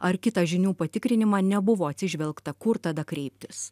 ar kitą žinių patikrinimą nebuvo atsižvelgta kur tada kreiptis